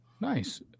nice